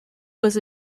was